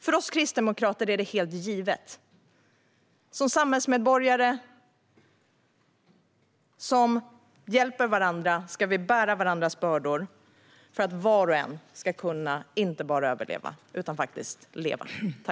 För oss kristdemokrater är det helt givet att som samhällsmedborgare som hjälper varandra ska vi bära varandras bördor för att var och en inte bara ska kunna överleva utan faktiskt leva.